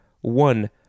One